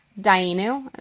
Dainu